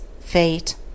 Fate